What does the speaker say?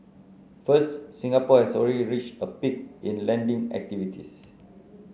first Singapore has already reached a peak in lending activities